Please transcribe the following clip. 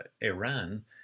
Iran